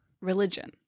religion